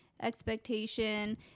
expectation